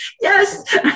Yes